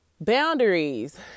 boundaries